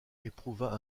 éprouva